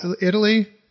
Italy